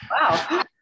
Wow